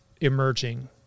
emerging